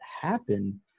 happen